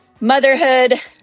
motherhood